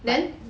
then